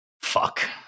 fuck